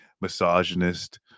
misogynist